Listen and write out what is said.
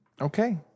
Okay